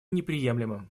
неприемлемым